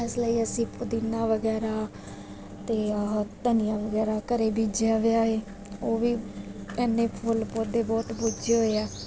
ਇਸ ਲਈ ਅਸੀਂ ਪੁਦੀਨਾ ਵਗੈਰਾ ਅਤੇ ਆਹ ਧਨੀਆ ਵਗੈਰਾ ਘਰ ਬੀਜਿਆ ਵਿਆ ਏ ਉਹ ਵੀ ਇੰਨੇ ਫੁੱਲ ਪੌਦੇ ਬਹੁਤ ਬੂਝੇ ਹੋਏ ਆ